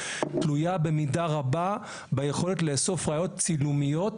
תלויה במידה רבה ביכולת לאסוף ראיות צילומיות